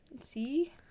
See